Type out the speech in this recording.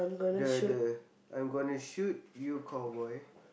the the I'm gonna shoot you cowboy